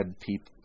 people